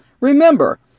remember